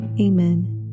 amen